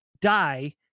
die